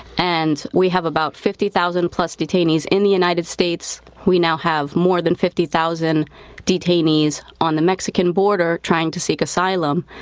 and we have about fifty thousand plus detainees. in the united states, we now have more than fifty thousand detainees on the mexican border trying to seek asylum.